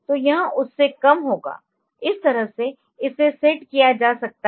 तो यह उससे कम होगा इस तरह से इसे सेट किया जा सकता है